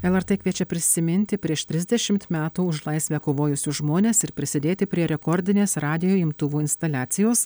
lrt kviečia prisiminti prieš trisdešimt metų už laisvę kovojusius žmones ir prisidėti prie rekordinės radijo imtuvų instaliacijos